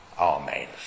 Amen